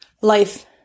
life